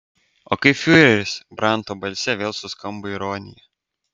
o kaip fiureris branto balse vėl suskambo ironija